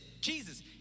Jesus